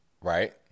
Right